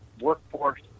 workforce